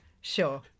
Sure